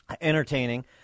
Entertaining